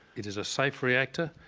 it is a safe reactor,